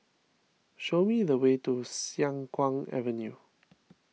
show me the way to Siang Kuang Avenue